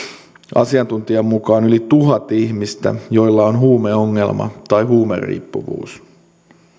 asiantuntijan mukaan yli tuhat ihmistä joilla on huumeongelma tai huumeriippuvuus